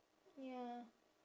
ya